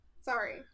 Sorry